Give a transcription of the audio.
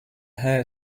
hare